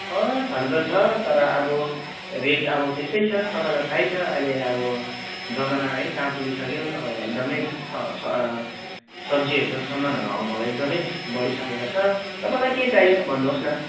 अँ छनु त छ तर अब रेट अब त्यस्तै छ तपाईँलाई थाहै छ अहिले अब जमाना है कहाँ पुगिसक्यो अब एकदमै स स सब्जीहरूको सामानहरूको हाउभाउहरू एकदमै बढिसकेका छ तपाईँलाई के चाहियो भन्नुहोस् न